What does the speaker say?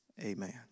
amen